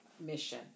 mission